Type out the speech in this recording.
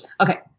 Okay